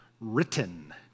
written